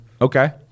okay